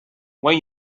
when